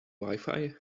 wifi